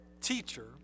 teacher